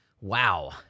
Wow